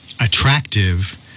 attractive